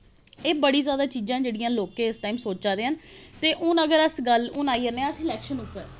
एह् बड़ी जादा चीजां जेह्ड़ियां लोकें इस टाइम सोचा दे हैन ते हून अगर अस आई जन्ने आं इलेक्शन उप्पर